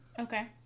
Okay